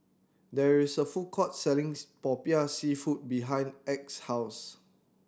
there is a food court selling Popiah Seafood behind Acy's house